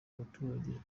abaturage